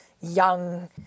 young